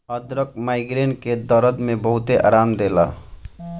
अदरक माइग्रेन के दरद में बहुते आराम देला